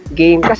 game